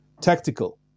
tactical